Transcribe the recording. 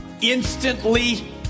instantly